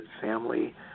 family